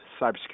cybersecurity